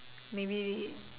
maybe